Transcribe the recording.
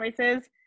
choices